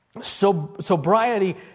Sobriety